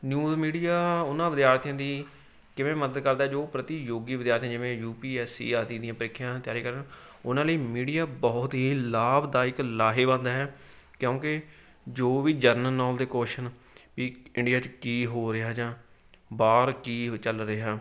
news media ਉਹਨਾਂ ਵਿਦਿਆਰਥੀਆਂ ਦੀ ਕਿਵੇਂ ਮਦਦ ਕਰਦਾ ਜੋ ਪ੍ਰਤੀਯੋਗੀ ਵਿਦਿਆਰਥੀਆਂ ਜਿਵੇਂ ਯੂ ਪੀ ਐੱਸ ਸੀ ਆਦਿ ਦੀਆਂ ਪ੍ਰੀਖਿਆ ਤਿਆਰ ਕਰਨ ਉਹਨਾਂ ਲਈ ਮੀਡੀਆ ਬਹੁਤ ਹੀ ਲਾਭਦਾਇਕ ਲਾਹੇਵੰਦ ਹੈ ਕਿਉਂਕਿ ਜੋ ਵੀ ਜਰਨਲ ਨੌਲੇਜ ਦੇ ਕੁਸ਼ਚਨ ਵੀ ਇੰਡੀਆ 'ਚ ਕੀ ਹੋ ਰਿਹਾ ਜਾਂ ਬਾਹਰ ਕੀ ਚੱਲ ਰਿਹਾ